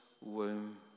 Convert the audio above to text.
womb